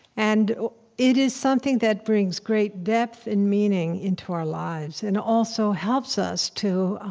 and it is something that brings great depth and meaning into our lives and also helps us to ah